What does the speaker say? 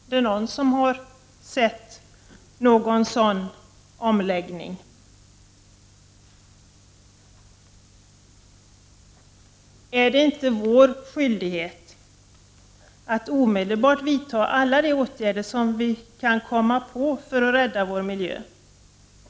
Är det någon som har sett en sådan omläggning? Är det inte vår skyldighet att omedelbart vidta alla de åtgärder som vi kan komma på för att rädda vår miljö?